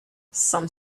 some